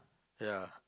ya